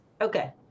Okay